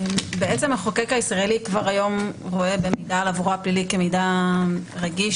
המחוקק הישראלי כבר היום רואה במידע על עברו הפלילי כמידע רגיש,